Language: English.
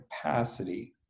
capacity